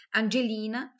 angelina